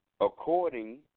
According